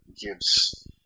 gives